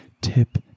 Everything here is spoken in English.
tip